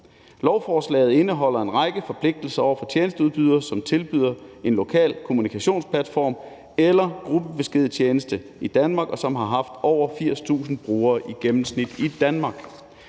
Lovforslaget indeholder en række forpligtelser over for tjenesteudbydere, som tilbyder en lokal kommunikationsplatform eller gruppebeskedtjeneste i Danmark, og som har haft over 80.000 brugere i gennemsnit i Danmark.